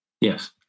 Yes